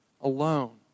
alone